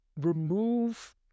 remove